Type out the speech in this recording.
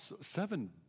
seven